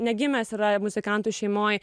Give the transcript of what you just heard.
negimęs yra muzikantų šeimoj